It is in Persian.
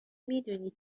میدونی